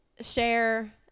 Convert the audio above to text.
share